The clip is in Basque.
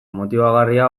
motibagarria